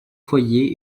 foyer